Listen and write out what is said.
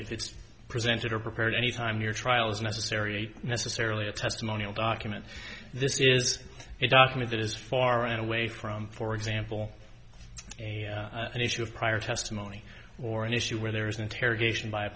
if it's presented or prepared any time your trial is necessary necessarily a testimonial document this is a document that is far and away from for example an issue of prior testimony or an issue where there is an interrogation by a